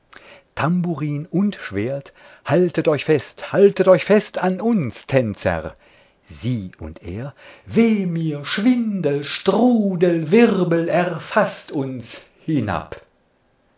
tamburin und schwert haltet euch fest haltet euch fest an uns tänzer sie und er weh mir schwindel strudel wirbel erfaßt uns hinab